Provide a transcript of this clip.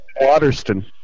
Waterston